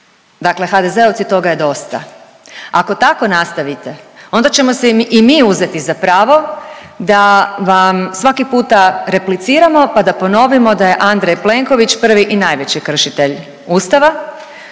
Dakle, HDZ-ovci toga je dosta, ako tako nastavite oda ćemo si i mi uzeti za pravo da vam svaki puta repliciramo pa da ponovimo da je Andrej Plenković prvi i najveći kršitelj Ustava.